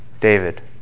David